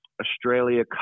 Australia